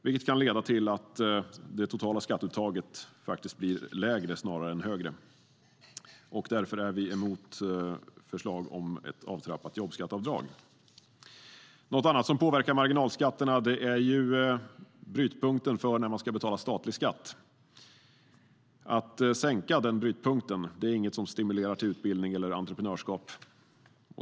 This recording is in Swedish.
Det kan leda till att det totala skatteuttaget blir lägre snarare än högre. Därför är vi emot förslaget om ett avtrappat jobbskatteavdrag. Något annat som påverkar marginalskatterna är brytpunkten för när man ska betala statlig skatt. Att sänka brytpunkten stimulerar inte till utbildning eller entreprenörskap.